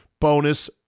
bonus